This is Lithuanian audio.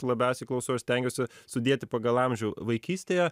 labiausiai klausau aš stengiuosi sudėti pagal amžių vaikystėje